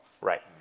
right